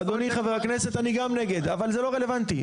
אדוני, חבר הכנסת, אני גם נגד אבל זה לא רלוונטי.